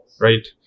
right